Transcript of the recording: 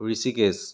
Rishikesh